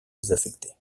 désaffecté